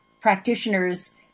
practitioners